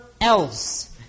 else